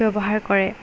ব্যৱহাৰ কৰে